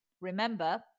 Remember